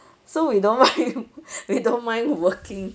so we don't mind we don't mind working